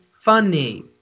funny